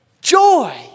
joy